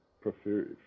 prefer